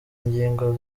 ingingo